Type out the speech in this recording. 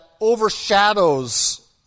overshadows